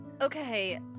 Okay